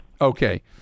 Okay